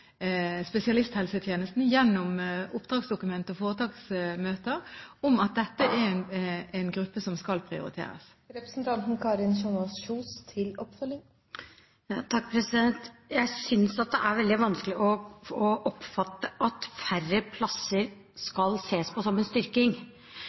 spesialisthelsetjenesten gjennom oppdragsdokumenter og foretaksmøter om at dette er en gruppe som skal prioriteres. Jeg synes det er veldig vanskelig å forstå at færre plasser